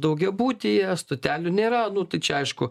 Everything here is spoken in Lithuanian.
daugiabutyje stotelių nėra nu tai čia aišku